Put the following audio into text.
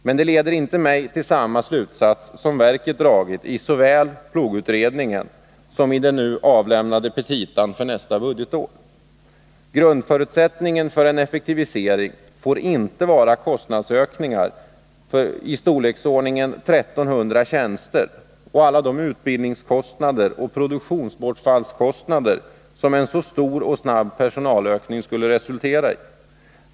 Men det leder mig inte till samma slutsats som verket dragit såväl i PLOG-utredningen som i den nu avlämnade petitan för nästa budgetår. Grundförutsättningen för en effektivisering får inte vara kostnadsökningar 151 i storleksordningen 1300 tjänster och alla de utbildningskostnader och produktionsbortfallskostnader som en så stor och snabb personalökning skulle resultera i.